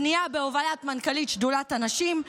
פנייה בהובלת מנכ"לית שדולת הנשים,